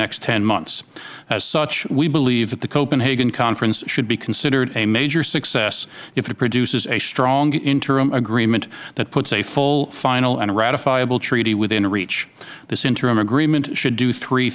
next ten months as such we believe that the copenhagen conference should be considered a major success if it produces a strong interim agreement that puts a full final and ratifiable treaty within reach this interim agreement should do three